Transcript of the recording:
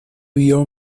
vio